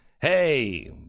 Hey